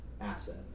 assets